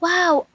Wow